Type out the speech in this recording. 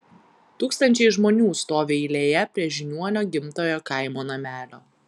tūkstančiai žmonių stovi eilėje prie žiniuonio gimtojo kaimo namelio